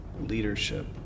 leadership